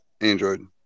Android